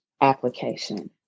application